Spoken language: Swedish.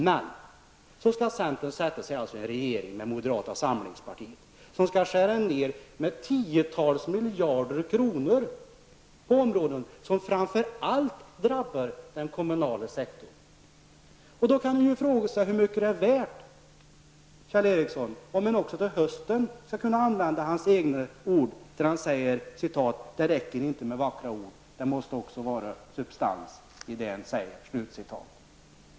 Men så skall alltså centern sätta sig i en regering med moderata samlingspartiet, som med tiotals miljarder kronor vill skära ner verksamheten på områden som framför allt drabbar den kommunala sektorn. Då kan man, Kjell Ericsson, fråga sig hur mycket det är värt, om han också till hösten kommer att kunna stå för vad han nu sade, nämligen att ''Det räcker dock inte med vackra ord, utan det måste också vara substans bakom orden''.